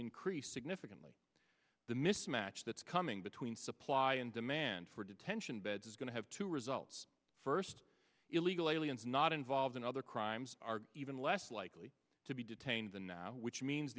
increase significantly the mismatch that's coming between supply and demand for detention beds is going to have two results first illegal aliens not involved in other crimes are even less likely to be detained than which means